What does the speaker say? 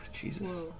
jesus